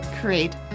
create